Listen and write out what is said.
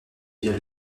via